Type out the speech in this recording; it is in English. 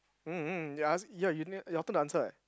um um ya ask ya you your turn to answer eh